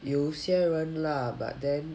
有些人 lah but then